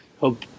hope